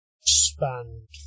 spanned